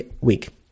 week